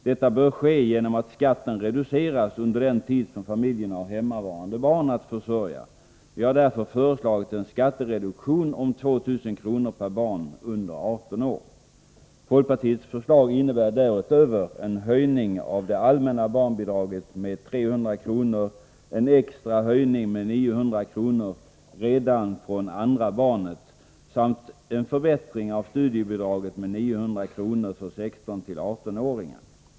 Detta bör ske genom att skatten reduceras under den tid som familjen har hemmavarande barn att försörja. Vi har därför föreslagit en skattereduktion om 2 000 kr. per barn som är under 18 år. Folkpartiets förslag innebär därutöver en höjning av det allmänna barnbidraget med 300 kr., en extra höjning med 900 kr. redan från andra barnet samt en förbättring av studiebidraget med 900 kr. för 16-18-åringar.